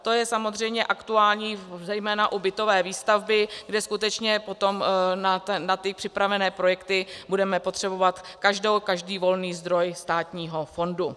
To je samozřejmě aktuální zejména u bytové výstavby, kde skutečně potom na ty připravené projekty budeme potřebovat každý volný zdroj státního fondu.